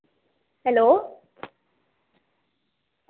hello